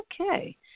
Okay